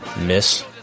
Miss